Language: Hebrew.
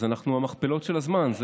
אז במכפלות של הזמן.